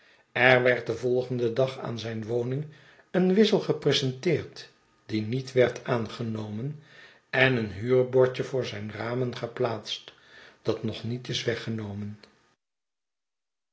er werd den volgenden dag aan zijn woning een wissel gepresenteerd die niet werd aangenomen en een huurbordje voor zijn ramen geplaatst dat nog niet is weggenomen